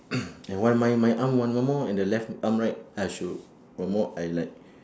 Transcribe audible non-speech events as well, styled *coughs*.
*coughs* and why my my arm one one more and the left arm right I should one more I like